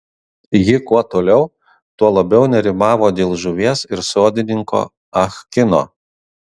ji kuo toliau tuo labiau nerimavo dėl žuvies ir sodininko ah kino